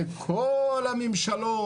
וכל הממשלות,